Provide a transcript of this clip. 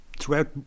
throughout